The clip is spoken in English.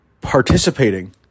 participating